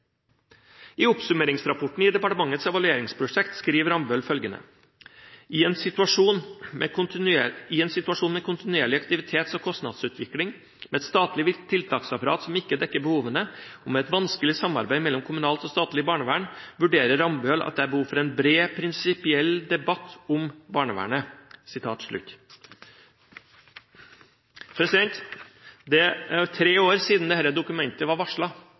I oppsummeringsrapporten i departementets evalueringsprosjekt skriver Rambøll følgende: «I en situasjon med kontinuerlig aktivitets- og kostnadsutvikling, med et statlig tiltaksapparat som ikke dekker behovene, og med et vanskelig samarbeid mellom kommunalt og statlig barnevern, vurderer Rambøll at det er behov for en bred prinsipiell debatt om barnevernet.» Det er tre år siden dette dokumentet var